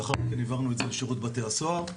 לאחר מכן העברנו את זה לשירות בתי הסוהר.